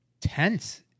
tense